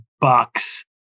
bucks